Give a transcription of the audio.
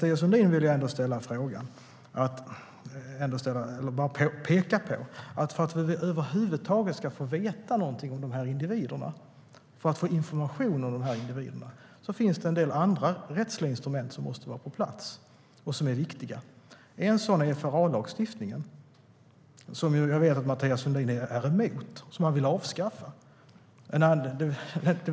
Jag vill peka på en sak för Mathias Sundin. För att vi över huvud taget ska få veta någonting om dessa individer och för att få information om dem finns det en del andra rättsliga instrument som måste vara på plats och som är viktiga. Ett sådant är FRA-lagstiftningen. Jag vet att Mathias Sundin är emot den och vill avskaffa den.